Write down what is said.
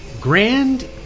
Grand